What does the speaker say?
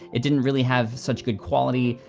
it didn't really have such good quality.